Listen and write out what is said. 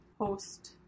host